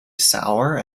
sour